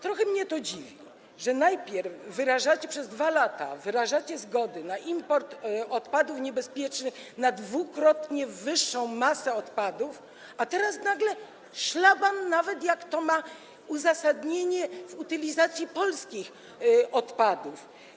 Trochę mnie to dziwi, że najpierw przez 2 lata wyrażacie zgody na import odpadów niebezpiecznych, na dwukrotnie wyższą masę odpadów, a teraz nagle - szlaban, nawet jak to ma uzasadnienie, jeśli chodzi o utylizację polskich odpadów.